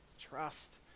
trust